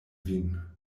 vin